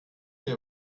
dir